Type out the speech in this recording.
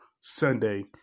Sunday